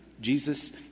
Jesus